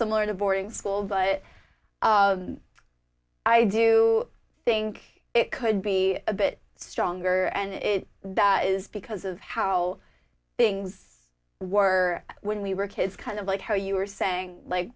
similar to boarding school but i do think it could be a bit stronger and that is because of how things were when we were kids kind of like how you were saying like